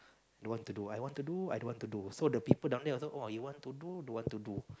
don't want to do I want to do I don't want to do so the people down there also oh you want to do don't want to do